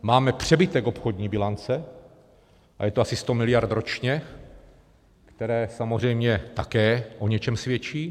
Máme přebytek obchodní bilance a je to asi 100 miliard ročně, které samozřejmě také o něčem svědčí.